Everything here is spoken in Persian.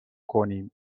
کنیم